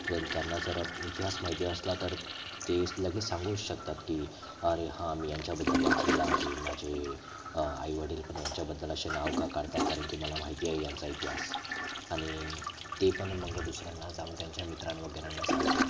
पण त्यांना जर इतिहास माहिती असला तर ते लगेच सांगू शकतात की अरे हा मी यांच्याबद्दल वाचलं आहे माझे आईवडील पण यांच्याबद्दल असे नाव का काढता कारण की मला माहिती आहे यांचा इतिहास आणि ते पण मग दुसऱ्यांना जाऊन त्यांच्या मित्रांवगेरांना सांगतील